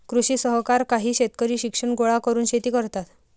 कृषी सहकार काही शेतकरी शिक्षण गोळा करून शेती करतात